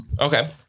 Okay